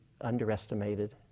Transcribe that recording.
underestimated